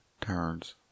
turns